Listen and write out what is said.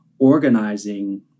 organizing